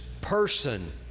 person